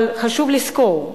אבל חשוב לזכור,